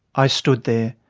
i stood there,